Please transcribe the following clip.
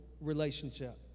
relationship